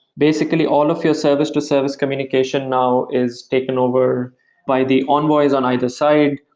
basically all of your service-to-service communication now is taken over by the envoys on either side.